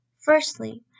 Firstly